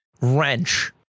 wrench